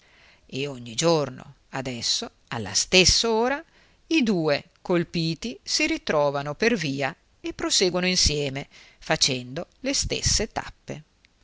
e ogni giorno adesso alla stess'ora i due colpiti si ritrovano per via e proseguono insieme facendo le stesse tappe